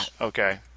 okay